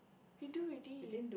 we do already